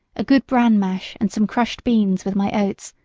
a good bran mash and some crushed beans with my oats,